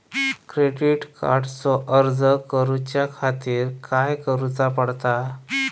Credit कार्डचो अर्ज करुच्या खातीर काय करूचा पडता?